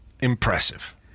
impressive